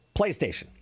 PlayStation